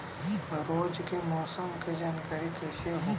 रोज के मौसम के जानकारी कइसे होखि?